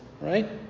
right